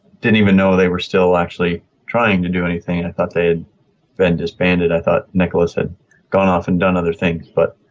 didn't even know they were still actually trying to do anything. i thought they'd already disbanded. i thought nicholas had gone off and done other things but.